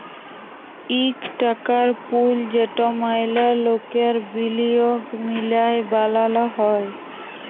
ইক টাকার পুল যেট ম্যালা লকের বিলিয়গ মিলায় বালাল হ্যয়